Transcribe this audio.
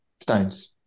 stones